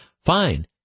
Fine